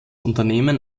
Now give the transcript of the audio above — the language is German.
unternehmen